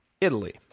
Italy